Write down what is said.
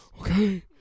okay